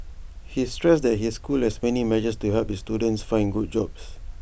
he stressed that his school has many measures to help its students find good jobs